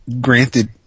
granted